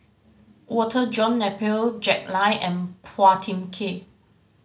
Walter John Napier Jack Lai and Phua Thin Kiay